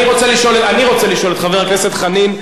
אני רוצה לשאול את חבר הכנסת חנין,